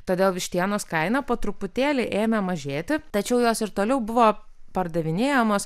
todėl vištienos kaina po truputėlį ėmė mažėti tačiau jos ir toliau buvo pardavinėjamos